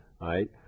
right